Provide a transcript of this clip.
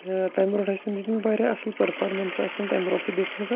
تہٕ تَمہِ برٛونٛٹھ ٲسۍ تٔمۍ دِتۍمٔتۍ واریاہ اَصٕل پٔرفارمٮ۪نٕس ٲسٕنۍ تَمہِ برٛونٛٹھ تہِ دِژمٕژ